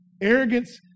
Arrogance